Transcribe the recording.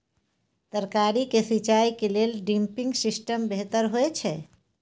तरकारी के सिंचाई के लेल ड्रिपिंग सिस्टम बेहतर होए छै?